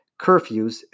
curfews